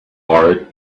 heart